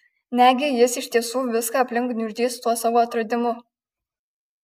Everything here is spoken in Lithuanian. negi jis iš tiesų viską aplink gniuždys tuo savo atradimu